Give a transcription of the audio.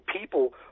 people